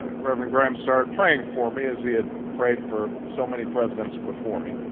ah rev. and graham started praying for me, as he had prayed for so many presidents before me.